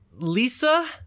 Lisa